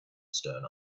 stern